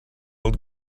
old